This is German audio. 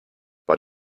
war